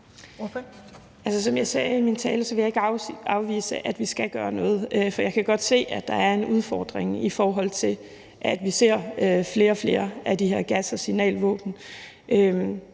som jeg sagde i min tale, vil jeg ikke afvise, at vi skal gøre noget, for jeg kan godt se, at der er en udfordring, i forhold til at vi ser flere og flere af de her gas- og signalvåben.